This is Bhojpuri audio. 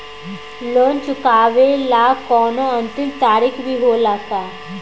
लोन चुकवले के कौनो अंतिम तारीख भी होला का?